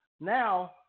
Now